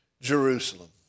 Jerusalem